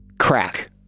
crack